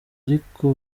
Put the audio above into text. ariko